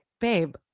babe